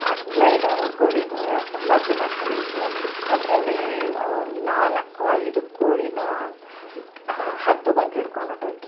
ಹನ್ನೆರಡು ಕೋಳಿನು ತುಂಬ ಚೆನ್ನಾಗಿ ಬೆಳೀತು ಅದರಲ್ಲಿ ನಾಲ್ಕು ಐದು ಕೋಳಿಯನ್ನ ಹದ್ದು ಬಂದು ಹಿಡ್ಕೊಂಡು ಹೊರಟೋಯ್ತು